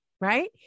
right